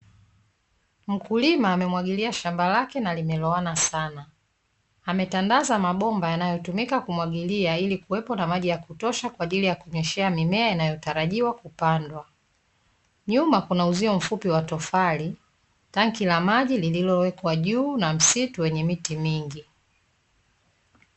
Mkulima amemwagilia shamba lake na limelowana sana, ametandaza mabomba yanayotumika kumwagilia ili kuwepo na maji ya kutosha kwa ajili ya kunyeshea mimea inayotarajiwa kupandwa. Nyuma kuna uzio mfupi wa tofali, tangi la maji lililowekwa juu na msitu wenye miti mingi.